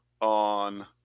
on